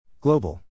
Global